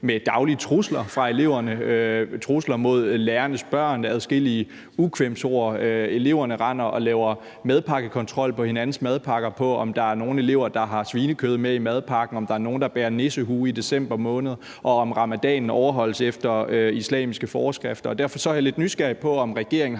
med daglige trusler fra eleverne, trusler mod lærernes børn og adskillige ukvemsord, og hvor eleverne render og laver kontrol på hinandens madpakker, i forhold til om der er nogen elever, der har svinekød med i madpakken, og på, om der er nogen, der bærer nissehue i december måned, og om ramadanen overholdes efter islamiske forskrifter. Derfor er jeg lidt nysgerrig på, om regeringen